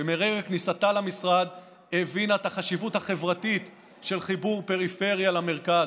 שמרגע כניסתה למשרד הבינה את החשיבות החברתית של חיבור פריפריה למרכז,